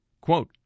Quote